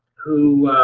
who,